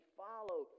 follow